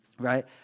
right